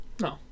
No